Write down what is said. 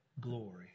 glory